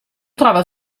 trova